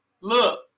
look